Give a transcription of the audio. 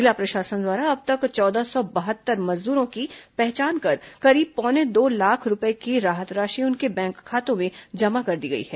जिला प्रशासन द्वारा अब तक चौदह सौ बहत्तर मजदूरों की पहचान कर करीब पौने दो लाख रूपये की राहत राशि उनके बैंक खातों में जमा करा दी गई है